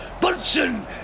Bunsen